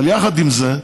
אבל יחד עם זה,